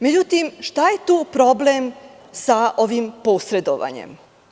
Međutim, šta je tu problem sa ovim posredovanjem?